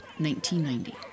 1990